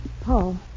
Paul